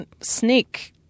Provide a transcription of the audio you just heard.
sneak